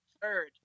Third